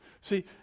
See